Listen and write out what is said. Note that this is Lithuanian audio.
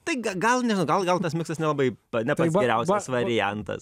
tai ga gal nežinau gal gal tas miksas nelabai ne pats geriausias variantas